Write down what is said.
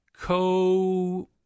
co